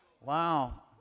Wow